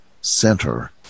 center